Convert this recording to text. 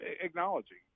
acknowledging